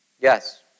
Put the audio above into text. Yes